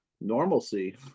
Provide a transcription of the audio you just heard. normalcy